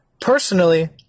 Personally